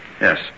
Yes